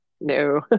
No